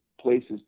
places